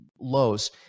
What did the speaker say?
lows